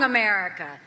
America